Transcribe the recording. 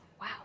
Wow